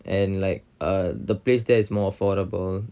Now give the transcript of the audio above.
and like uh the place there is more affordable